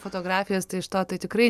fotografijos tai iš to tai tikrai